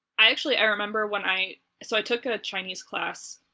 i actually i remember when i so i took a chinese class,